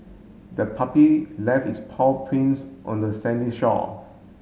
the puppy left its paw prints on the sandy shore